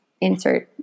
insert